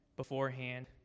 beforehand